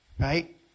Right